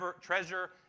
treasure